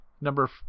number